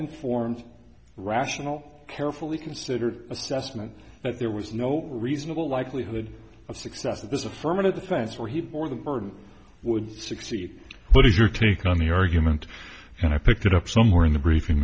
informed rational carefully considered assessment that there was no reasonable likelihood of success of this affirmative defense where he or the burden would succeed but if your take on the argument and i picked it up somewhere in the briefing